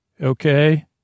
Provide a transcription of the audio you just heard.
okay